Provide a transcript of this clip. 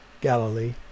Galilee